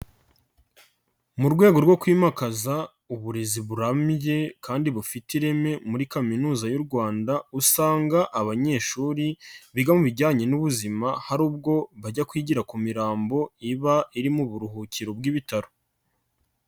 Mu rwego rwo kwimakaza uburezi burambye kandi bufite ireme muri kaminuza y'u Rwanda, usanga abanyeshuri biga mu bijyanye n'ubuzima, hari ubwo bajya kwigira ku mirambo iba iri mu buruhukiro bw'ibitaro.